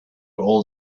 old